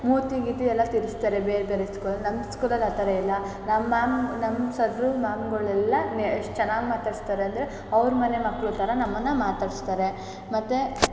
ಮೂತಿ ಗೀತಿ ಎಲ್ಲ ತಿರ್ಗಿಸ್ತಾರೆ ಬೇರೆ ಬೇರೆ ಸ್ಕೂಲಲ್ಲಿ ನಮ್ಮ ಸ್ಕೂಲಲ್ಲಿ ಆ ಥರ ಇಲ್ಲ ನಮ್ಮ ಮ್ಯಾಮ್ ನಮ್ಮ ಸರ್ರು ಮ್ಯಾಮ್ಗಳೆಲ್ಲ ಎಷ್ಟು ಚೆನ್ನಾಗ್ ಮಾತಾಡಿಸ್ತಾರೆ ಅಂದರೆ ಅವ್ರ ಮನೆ ಮಕ್ಕಳು ಥರ ನಮ್ಮನ್ನು ಮಾತಾಡಿಸ್ತಾರೆ ಮತ್ತು